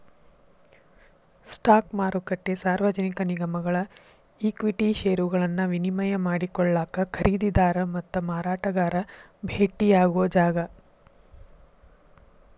stock ಮಾರುಕಟ್ಟೆ ಸಾರ್ವಜನಿಕ ನಿಗಮಗಳ ಈಕ್ವಿಟಿ ಷೇರುಗಳನ್ನ ವಿನಿಮಯ ಮಾಡಿಕೊಳ್ಳಾಕ ಖರೇದಿದಾರ ಮತ್ತ ಮಾರಾಟಗಾರ ಭೆಟ್ಟಿಯಾಗೊ ಜಾಗ